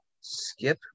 skip